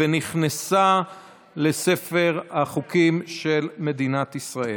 ונכנסה לספר החוקים של מדינת ישראל.